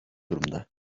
durumda